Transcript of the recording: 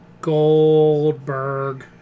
Goldberg